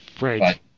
Right